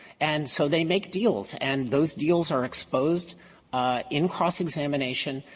and so they make deals, and those deals are exposed in cross-examination.